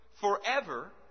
forever